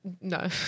no